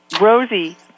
Rosie